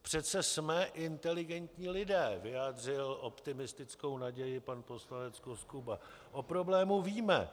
Přece jsme snad inteligentní lidé, vyjádřil optimistickou naději pan poslanec Koskuba, o problému víme.